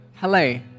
Hello